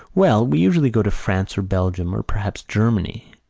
well, we usually go to france or belgium or perhaps germany,